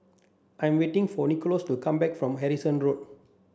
I'm waiting for Nikolas to come back from Harrison Road